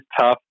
tough